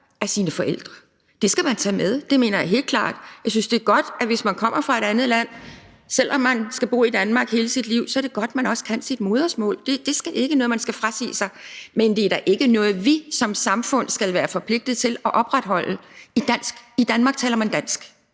af sine forældre. Man skal tage det med; det mener jeg helt klart. Jeg synes, det er godt, at man, hvis man kommer fra et andet land, selv om man skal bo i Danmark hele sit liv, også kan sit modersmål. Det er ikke noget, man skal frasige sig, men det er da ikke noget, vi som samfund skal være forpligtet til at opretholde. I Danmark taler man dansk